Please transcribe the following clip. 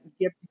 get